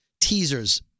teasers